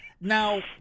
now